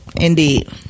Indeed